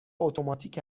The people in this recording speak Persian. اتوماتیک